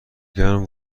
گرم